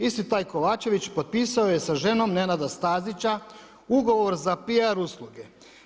Isti taj Kovačević potpisao je sa ženom Nenada Stazića ugovor za PR usluge.